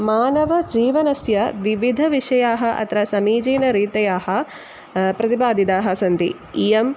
मानवजीवनस्य विविधविषयाः अत्र समीचीनरीत्या प्रतिपादिताः सन्ति इयं